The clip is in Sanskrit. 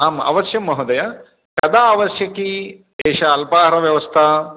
आम् अवश्यं महोदय कदा आवश्यकी एषा अल्पाहारव्यवस्था